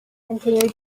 continue